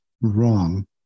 wrong